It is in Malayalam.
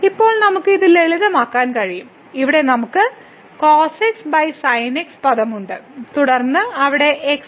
ഇപ്പോൾ നമുക്ക് ഇത് ലളിതമാക്കാൻ കഴിയും ഇവിടെ നമുക്ക് cos xsin x പദം ഉണ്ട് തുടർന്ന് അവിടെ x